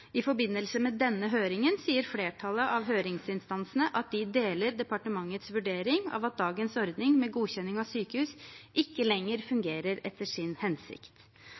I forbindelse med denne høringen sier flertallet av høringsinstansene at de deler departementets vurdering av at dagens ordning med godkjenning av sykehus ikke lenger fungerer etter sin hensikt.